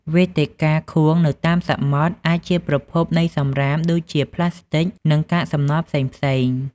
វេទិកាខួងនៅតាមសមុទ្រអាចជាប្រភពនៃសំរាមដូចជាប្លាស្ទិក និងកាកសំណល់ផ្សេងៗ។